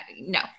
no